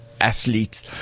athletes